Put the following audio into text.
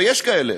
ויש כאלה,